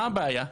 מה הבעיה?